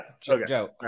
Joe